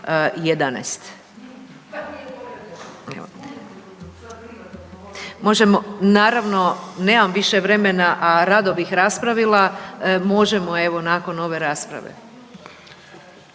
Možemo, naravno, nemamo više vremena, a rado bih raspravila, možemo evo, nakon ove rasprave.